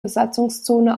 besatzungszone